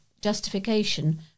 justification